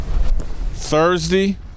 Thursday